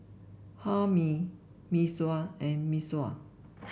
Hae Mee Mee Sua and Mee Sua